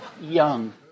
young